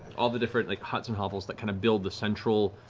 all the different like huts and hovels that kind of build the central